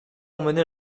emmené